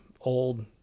old